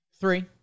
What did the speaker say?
Three